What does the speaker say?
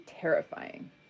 terrifying